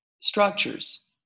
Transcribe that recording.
structures